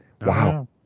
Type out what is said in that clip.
Wow